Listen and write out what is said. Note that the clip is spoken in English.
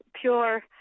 pure